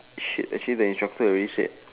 shit actually the instructor already said